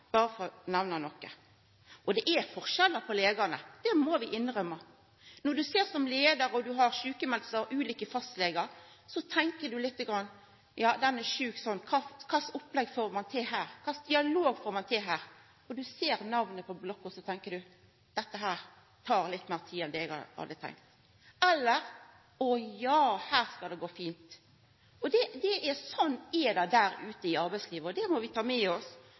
berre for å nemna noko. Og det er forskjell på legane. Det må vi innrømma. Når du som leiar har sjukmelde som har ulike fastlegar, tenkjer du litt at den er altså sjuk, og kva slags opplegg får ein til her. Kva slags dialog får ein til her? Når du ser namnet på blokka, tenkjer du: Dette tek litt meir tid enn det eg hadde tenkt. Eller: Å, ja, her skal det gå fint. Sånn er det ute i arbeidslivet. Det må vi ta med oss,